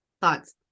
Thoughts